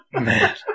Man